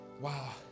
Wow